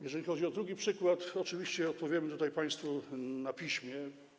Jeżeli chodzi o drugi przykład, to oczywiście odpowiemy państwu na piśmie.